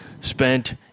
spent